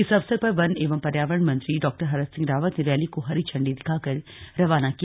इस अवसर पर वन एवं पर्यावरण मंत्री डॉ हरक सिंह रावत ने रैली को हरी झंडी दिखाकर रवाना किया